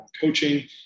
coaching